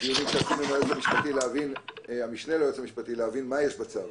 הדיונים שעשינו עם המשנה ליועץ המשפטי כדי להבין מה יש בצו,